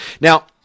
Now